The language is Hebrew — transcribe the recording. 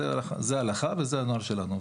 זו ההלכה וזה הנוהל שלנו.